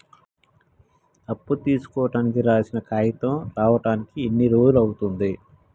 అప్పు తీసుకోనికి రాసిన కాగితం రానీకి ఎన్ని రోజులు అవుతది?